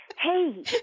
Hey